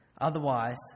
Otherwise